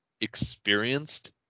experienced